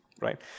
right